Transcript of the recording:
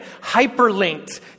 hyperlinked